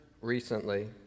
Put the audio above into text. recently